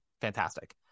fantastic